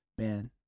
Man